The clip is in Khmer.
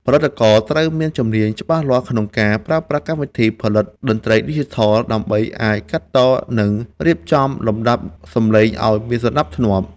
ផលិតករត្រូវមានជំនាញច្បាស់លាស់ក្នុងការប្រើប្រាស់កម្មវិធីផលិតតន្ត្រីឌីជីថល ដើម្បីអាចកាត់ត និងរៀបចំលំដាប់សំឡេងឱ្យមានសណ្ដាប់ធ្នាប់។